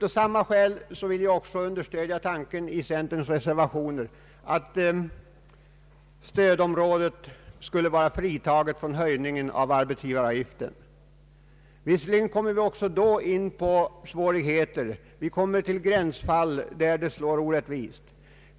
Av samma skäl vill jag också understödja tanken i centerns motioner att stödområdet skulle vara fritaget från höjningen av arbetsgivaravgiften. Visserligen kommer vi också då in på svårrigheter och gränsfall, där avgiften slår orättvist.